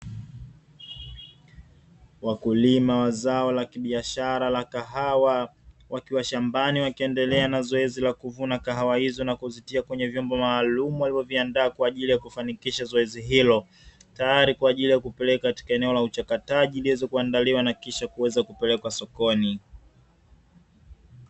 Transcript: Wakulima wa zao la kibiashara la kahawa wakiwa wakiwa shambani, wakiendelea na zoezi la kuvuna kahawa hizo na kuzitia kwenye vyombo maalumu walivyoviaandaa kwa ajili ya kufanikisha zoezi hilo, tayari kwa ajili ya kupeleka katika eneo la uchakataji liweze kuandaliwa, na kisha kuweza kupelekwa sokoni.